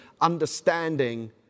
understanding